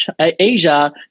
asia